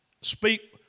speak